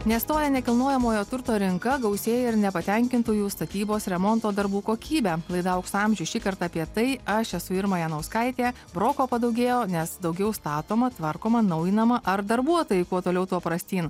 nestoja nekilnojamojo turto rinka gausėja ir nepatenkintų jų statybos remonto darbų kokybę laida aukso amžius šį kartą apie tai aš esu irma janauskaitė broko padaugėjo nes daugiau statoma tvarkoma naujinama ar darbuotojai kuo toliau tuo prastyn